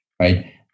right